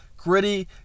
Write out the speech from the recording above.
gritty